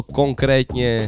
konkrétně